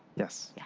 yes. yeah